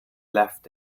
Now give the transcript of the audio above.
left